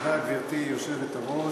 היושבת-ראש,